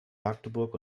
magdeburg